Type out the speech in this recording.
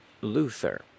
Luther